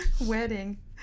Wedding